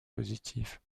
positif